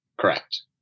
Correct